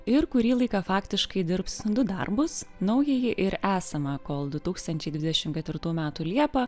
ir kurį laiką faktiškai dirbs du darbus naująjį ir esamą kol du tūkstančiai dvidešimt ketvirtų metų liepą